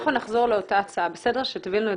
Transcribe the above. אנחנו נחזור לאותה הצעה כשתביא לנו את